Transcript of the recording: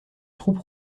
troupes